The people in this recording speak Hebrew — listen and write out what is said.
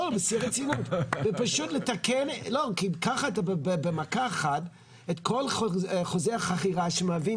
כי ככה במכה אחת את כל חוזי החכירה שמהווים